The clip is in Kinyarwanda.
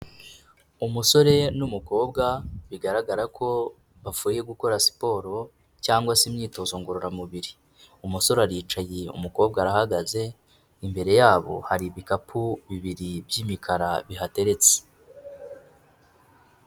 Umusore n'umukobwa bigaragara ko bavuye gukora siporo cyangwa se imyitozo ngororamubiri, umusore aricaye umukobwa arahagaze, imbere yabo hari ibikapu bibiri by'imikara bihateretse.